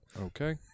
Okay